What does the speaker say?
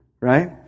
right